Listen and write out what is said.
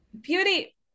beauty